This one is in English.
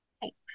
Thanks